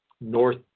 North